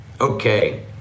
Okay